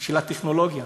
של הטכנולוגיה,